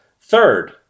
third